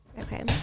Okay